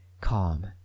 calm